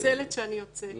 אני מתנצלת שאני יוצאת.